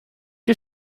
you